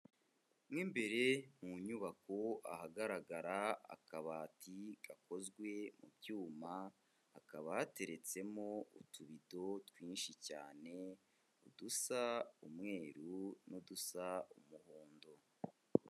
Mu imbere mu nyubako ahagaragara akabati gakozwe mu byuma, hakaba hateretsemo utubido twinshi cyane, udusa umweru n'udusa umuhondo.